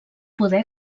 poder